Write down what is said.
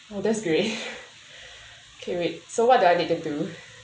that's great okay wait so what do I need to do